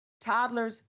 toddlers